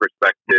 perspective